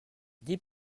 dix